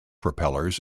propellers